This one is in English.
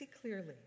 clearly